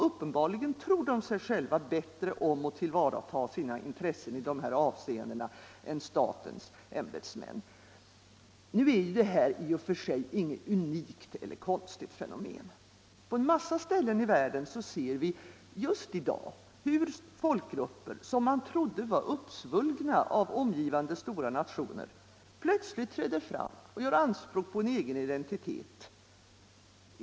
Uppenbarligen tror de sig själva bättre tillvarata sina intressen än statens ämbetsmän. Detta är ju inget unikt eller konstigt fenomen. På en mängd ställen i världen ser vi just i dag hur folkgrupper, som man trodde var uppsvulgna av omgivande stora nationer, plötsligt träder fram och gör anspråk på en egen identitet.